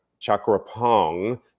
Chakrapong